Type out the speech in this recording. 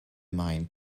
mind